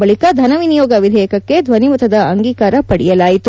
ಬಳಿಕ ಧನವಿನಿಯೋಗ ವಿದೇಯಕಕ್ಕೆ ಧ್ವನಿಮತದ ಅಂಗೀಕಾರ ಪಡೆಯಲಾಯಿತು